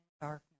darkness